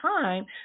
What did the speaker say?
time